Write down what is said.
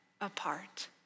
apart